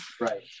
Right